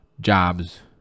jobs